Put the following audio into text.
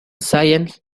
science